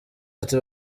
ati